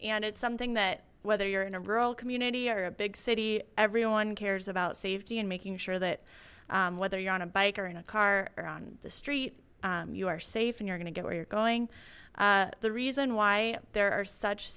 and it's something that whether you're in a rural community or a big city everyone cares about safety and making sure that whether you're on a bike or in a car or on the street you are safe and you're going to get where you're going the reason why there are such